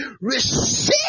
Receive